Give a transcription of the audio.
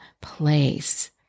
place